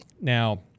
now